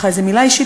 איזו מילה אישית,